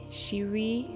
shiri